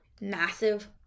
massive